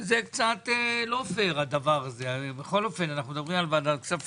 אבל החלטתי בכל זאת לקיים כי אנחנו מדברים על ועדת כספים,